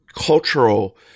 cultural